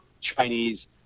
chinese